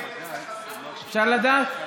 היא גם מתחבאת, מה.